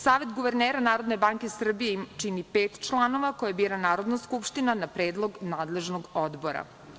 Savet guvernera NBS čini pet članova koje bira Narodna skupština na predlog nadležnog odbora.